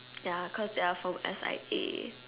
ya cause they are from S_I_A